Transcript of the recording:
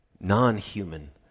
non-human